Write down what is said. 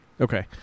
okay